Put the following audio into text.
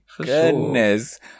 goodness